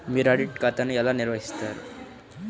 మీరు ఆడిట్ ఖాతాను ఎలా నిర్వహిస్తారు?